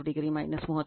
ಆದ್ದರಿಂದ ಇದು Ia ಇದು